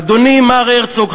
אדוני מר הרצוג,